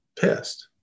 pissed